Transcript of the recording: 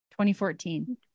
2014